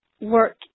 work